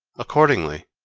accordingly,